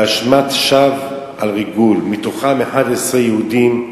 בהאשמת שווא בריגול, מתוכם 11 יהודים,